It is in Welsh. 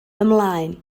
ymlaen